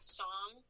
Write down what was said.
song